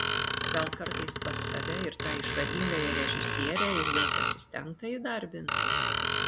gal kartais pas save ir tą išradingąją režisierę ir jos asistentą įdarbins